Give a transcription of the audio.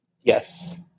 yes